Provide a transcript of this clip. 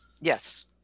yes